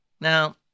Now